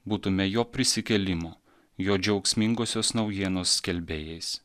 būtume jo prisikėlimo jo džiaugsmingosios naujienos skelbėjais